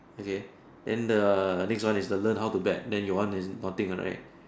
okay then the next one is the learn how to bat then your one is nothing alright